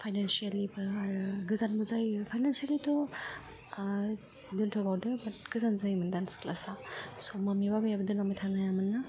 फाइनेनेशियेलिबो आरो गोजानबो जायो फाइनेनशियलिथ' दोनथ'बावदो बेराद गोजान जायोमोन डान्स क्लासआ स' माम्मि बाबायाबो दोनलांबाय थानो हायामोन ना